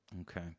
Okay